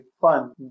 fun